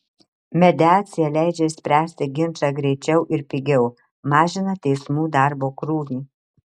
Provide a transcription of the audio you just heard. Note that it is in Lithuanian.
mediacija leidžia išspręsti ginčą greičiau ir pigiau mažina teismų darbo krūvį